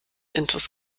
intus